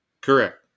Correct